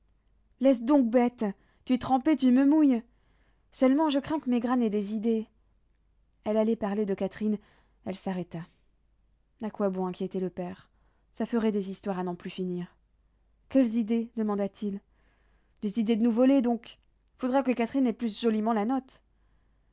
laisse donc bête tu es trempé tu me mouilles seulement je crains que maigrat n'ait des idées elle allait parler de catherine elle s'arrêta a quoi bon inquiéter le père ça ferait des histoires à n'en plus finir quelles idées demanda-t-il des idées de nous voler donc faudra que catherine épluche joliment la note